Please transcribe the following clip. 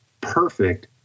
perfect